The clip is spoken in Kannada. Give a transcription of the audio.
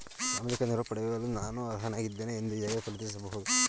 ಸಾಮಾಜಿಕ ನೆರವು ಪಡೆಯಲು ನಾನು ಅರ್ಹನಾಗಿದ್ದೇನೆಯೇ ಎಂದು ಹೇಗೆ ಪರಿಶೀಲಿಸಬಹುದು?